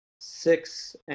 six